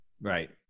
Right